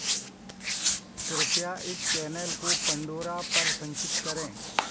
कृपया इस चैनल को पंडोरा पर संचित करें